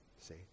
see